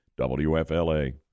WFLA